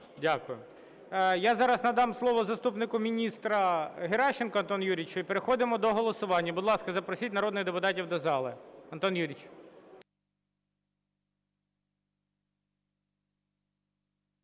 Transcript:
Дякую. Я зараз надам слово заступнику міністра Геращенку Антону Юрійовичу. І переходимо до голосування. Будь ласка, запросіть народних депутатів до зали. Антон Юрійович.